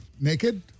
Naked